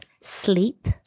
sleep